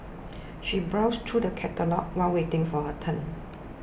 she browsed through the catalogues while waiting for her turn